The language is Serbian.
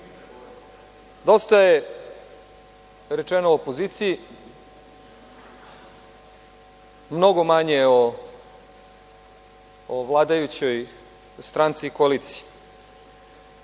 važno. Dosta je rečeno o opoziciji, a mnogo manje o vladajućoj stranci i koaliciji.